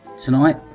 Tonight